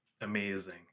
Amazing